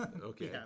okay